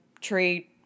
Treat